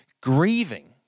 grieving